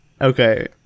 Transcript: Okay